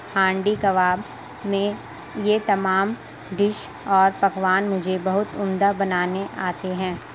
ہانڈی کباب میں یہ تمام ڈش اور پکوان مجھے بہت عمدہ بنانے آتے ہیں